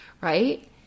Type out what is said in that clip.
right